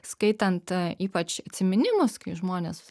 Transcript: skaitant ypač atsiminimus kai žmonės